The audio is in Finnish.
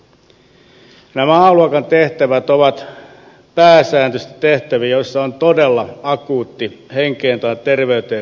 nämä a luokan tehtävät ovat pääsääntöisesti tehtäviä joissa on todella akuutti henkeen tai terveyteen liittyvä uhka